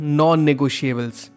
non-negotiables